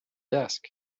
desk